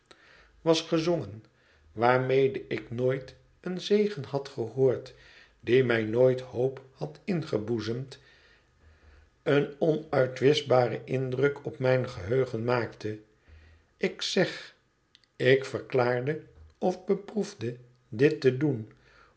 was gezongen waarmede ik nooit een zegen had gehoord die mij nooit hoop had ingeboezemd een onuitwischbaren indruk op mijn geheugen maakte ik zeg ik verklaarde of beproefde dit te doen